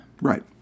Right